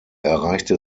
erreichte